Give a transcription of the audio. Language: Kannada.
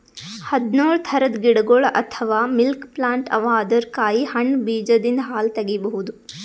ಹದ್ದ್ನೊಳ್ ಥರದ್ ಗಿಡಗೊಳ್ ಅಥವಾ ಮಿಲ್ಕ್ ಪ್ಲಾಂಟ್ ಅವಾ ಅದರ್ ಕಾಯಿ ಹಣ್ಣ್ ಬೀಜದಿಂದ್ ಹಾಲ್ ತಗಿಬಹುದ್